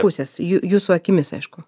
pusės jū jūsų akimis aišku